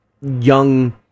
young